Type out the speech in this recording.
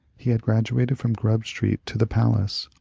he had graduated from ghrub street to the palace,